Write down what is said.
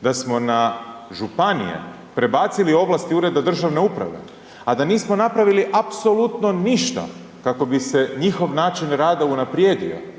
da smo na županije prebacili ovlasti ureda državne uprave, a da nismo napravili apsolutno ništa kako bi se njihov način rada unaprijedio,